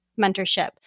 mentorship